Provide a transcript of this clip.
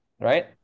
right